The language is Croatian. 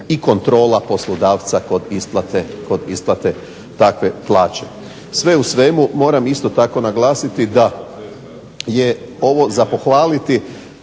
i kontrola poslodavca kod isplate takve plaće. Sve u svemu moramo isto tako naglasiti da je ovo za pohrvatili